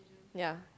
ya